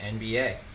NBA